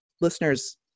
listeners